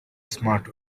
smart